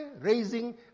raising